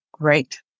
Great